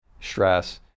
Stress